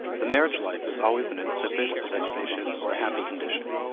the marriage life is always an insipid, a vexatious, or a happy condition,